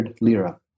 lira